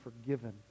forgiven